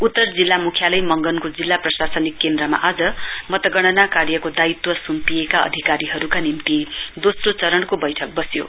उत्तर जिल्ला म्ख्यालय मंगनको जिल्ला प्रशासनिक केन्द्रमा आज मतगणना कार्यको दायित्व सुम्पिएका अधिकारीका निम्ति दोस्रो चरणको बैठक बस्यो